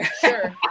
sure